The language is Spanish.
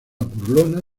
burlona